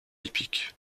hippique